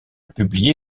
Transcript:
publié